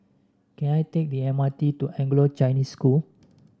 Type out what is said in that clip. can I take the M R T to Anglo Chinese School